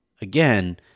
again